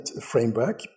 framework